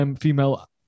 female